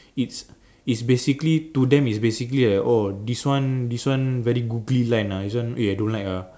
it's it's basically to them it's basically like err oh this one this one very googly lined ah this one eh I don't like ah